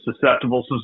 susceptible